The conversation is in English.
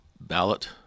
ballot